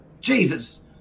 Jesus